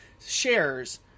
shares